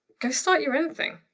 go start your own thing.